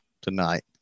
tonight